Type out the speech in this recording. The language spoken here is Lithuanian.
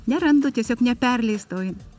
nerandu tiesiog neperleistoji